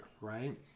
right